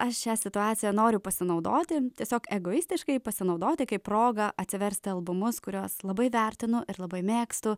aš šia situacija noriu pasinaudoti tiesiog egoistiškai pasinaudoti kaip progą atsiversti albumus kuriuos labai vertinu ir labai mėgstu